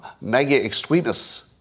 mega-extremists